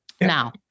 Now